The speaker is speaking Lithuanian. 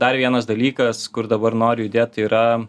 dar vienas dalykas kur dabar noriu judėt tai yra